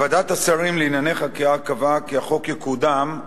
ועדת השרים לענייני חקיקה קבעה כי החוק יקודם,